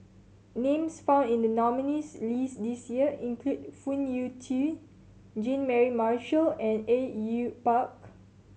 names found in the nominees' list this year include Phoon Yew Tien Jean Mary Marshall and Au Yue Pak